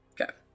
Okay